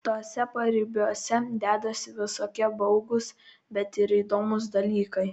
tuose paribiuose dedasi visokie baugūs bet ir įdomūs dalykai